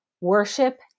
worship